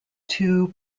two